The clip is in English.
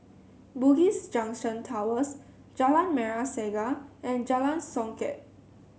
Bugis Junction Towers Jalan Merah Saga and Jalan Songket